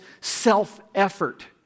self-effort